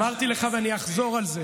אני לא יכול לעשות עין הרע.